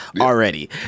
already